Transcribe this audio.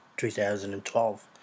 2012